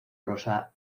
rosa